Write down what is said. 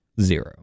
zero